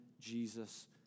Jesus